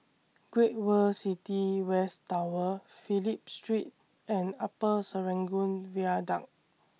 Great World City West Tower Phillip Street and Upper Serangoon Viaduct